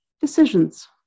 decisions